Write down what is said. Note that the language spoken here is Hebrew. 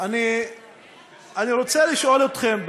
אני רוצה לשאול אתכם,